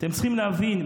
אתם צריכים להבין.